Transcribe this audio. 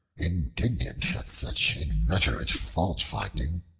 indignant at such inveterate faultfinding,